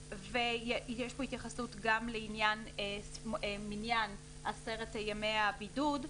ויש פה התייחסות גם לעניין מניין עשרת ימי הבידוד,